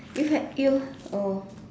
you have you oh